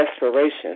desperation